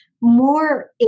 more